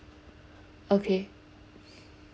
okay